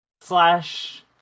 slash